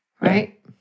right